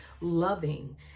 loving